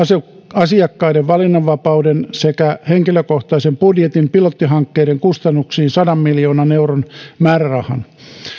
asiakkaiden valinnanvapauden sekä henkilökohtaisen budjetin pilottihankkeiden kustannuksiin sadan miljoonan euron määrärahan